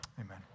Amen